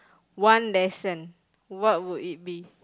one lesson what would it be